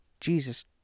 Jesus